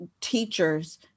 teachers